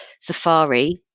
Safari